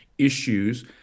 issues